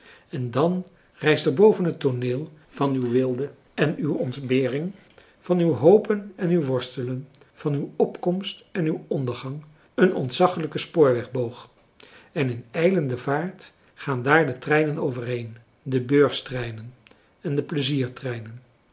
en dan rijst er boven het tooneel van uw weelde en uw ontbering van uw hopen en uw worstelen van uw opkomst en uw ondergang een ontzaglijke spoorwegboog en in ijlende vaart gaan daar de treinen overheen de beurstreinen en de